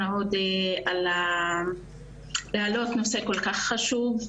עודה על כך שהעליתם נושא כל כך חשוב,